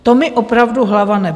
To mi opravdu hlava nebere.